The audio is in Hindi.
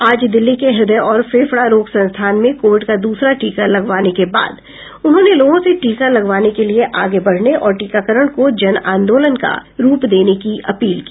आज दिल्ली के हृदय और फेफडा रोग संस्थान में कोविड का दूसरा टीका लगवाने के बाद उन्होंने लोगों से टीका लगवाने के लिए आगे बढने और टीकाकरण को जन आंदोलन का रूप देने की अपील की